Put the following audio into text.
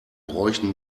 bräuchen